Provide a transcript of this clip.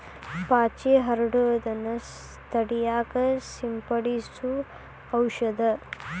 ಪಾಚಿ ಹರಡುದನ್ನ ತಡಿಯಾಕ ಸಿಂಪಡಿಸು ಔಷದ